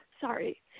sorry